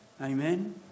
amen